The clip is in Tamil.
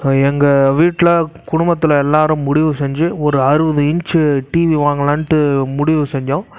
எங்கள் வீட்டில் குடும்பத்தில் எல்லாரும் முடிவு செஞ்சு ஒரு அறுபது இன்ச்சு டிவி வாங்கலானுட்டு முடிவு செஞ்சோம்